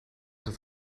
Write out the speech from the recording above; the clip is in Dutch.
het